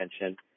attention